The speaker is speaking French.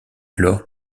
alors